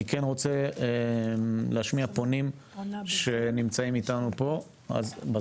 אני כן רוצה להשמיע פונים שנמצאים איתנו פה בזום.